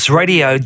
radio